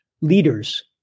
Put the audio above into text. leaders